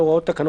דיגיטלי"